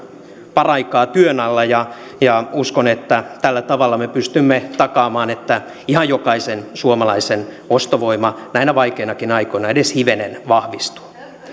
paraikaa työn alla ja ja uskon että tällä tavalla me pystymme takaamaan että ihan jokaisen suomalaisen ostovoima näinä vaikeinakin aikoina edes hivenen vahvistuu